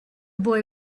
boy